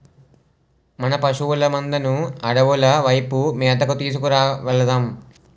మన పశువుల మందను అడవుల వైపు మేతకు తీసుకు వెలదాం